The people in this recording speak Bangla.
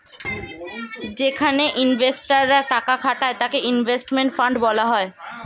যেখানে ইনভেস্টর রা টাকা খাটায় তাকে ইনভেস্টমেন্ট ফান্ড বলা হয়